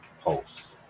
Pulse